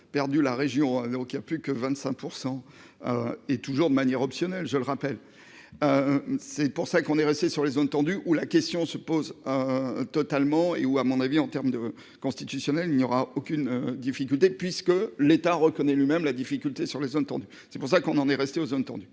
perdu la région Véro qui a plus que 25%. Et toujours de manière optionnelle, je le rappelle. C'est pour ça qu'on est resté sur les zones tendues, où la question se pose. Totalement et où à mon avis en terme de constitutionnel, il n'y aura aucune difficulté puisque l'État reconnaît lui-même la difficulté sur les zones tendues, c'est pour ça qu'on en est resté aux entendu.